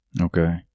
Okay